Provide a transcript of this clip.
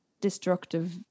destructive